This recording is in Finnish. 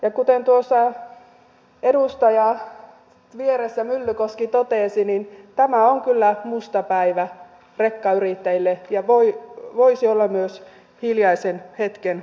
ja kuten tuossa edustaja vieressä myllykoski totesi niin tämä on kyllä musta päivä rekkayrittäjille ja voisi olla myös hiljaisen hetken paikka